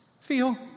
feel